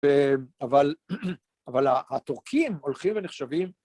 אבל התורכים הולכים ונחשבים